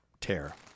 tear